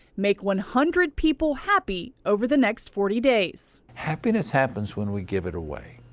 make one hundred people happy over the next forty days. happiness happens when we give it away.